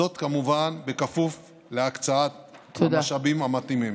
זאת כמובן בכפוף להקצאת המשאבים המתאימים.